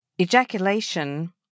Ejaculation